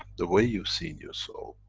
the way you've seen your soul?